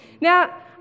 Now